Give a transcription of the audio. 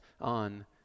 on